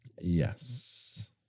Yes